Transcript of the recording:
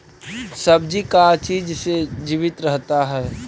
सब्जी का चीज से जीवित रहता है?